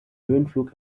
höhenflug